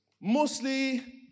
mostly